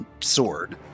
sword